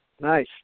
Nice